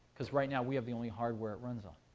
because right now we have the only hardware it runs on.